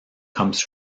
comes